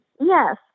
Yes